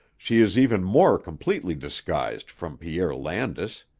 she is even more completely disguised from pierre landis.